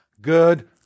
good